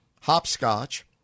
hopscotch